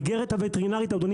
היא